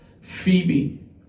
phoebe